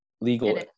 legal